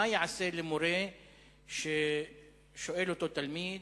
מה ייעשה למורה ששואל אותו תלמיד,